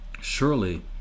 surely